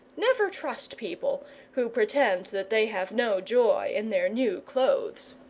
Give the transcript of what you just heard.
never trust people who pretend that they have no joy in their new clothes.